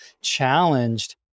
challenged